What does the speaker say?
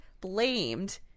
blamed